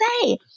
say